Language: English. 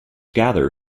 gather